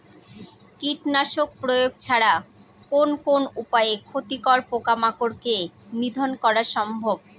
কীটনাশক প্রয়োগ ছাড়া কোন কোন উপায়ে ক্ষতিকর পোকামাকড় কে নিধন করা সম্ভব?